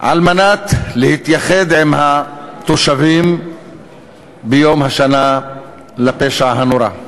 על מנת להתייחד עם התושבים ביום השנה לפשע הנורא.